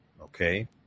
Okay